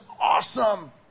awesome